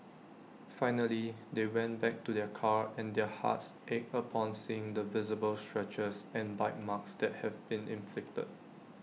finally they went back to their car and their hearts ached upon seeing the visible scratches and bite marks that had been inflicted